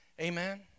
Amen